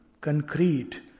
concrete